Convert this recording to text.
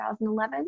2011